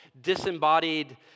disembodied